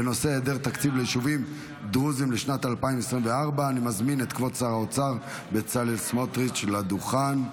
בנושא: העדר תקציב ליישובים דרוזיים לשנת 2024. אני מזמין את כבוד שר האוצר בצלאל סמוטריץ' לדוכן.